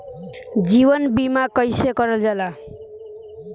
जीवन बीमा कईसे करल जाला?